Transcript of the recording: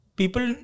people